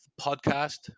podcast